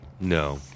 No